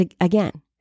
again